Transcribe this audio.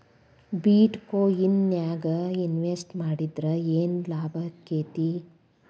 ಬಿಟ್ ಕೊಇನ್ ನ್ಯಾಗ್ ಇನ್ವೆಸ್ಟ್ ಮಾಡಿದ್ರ ಯೆನ್ ಲಾಭಾಕ್ಕೆತಿ?